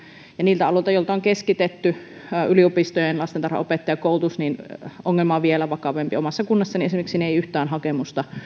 ja niillä alueilla joilta on keskitetty yliopistojen lastentarhanopettajakoulutus ongelma on vielä vakavampi omassa kunnassani esimerkiksi ei yhtään hakemusta